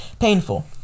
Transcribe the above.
painful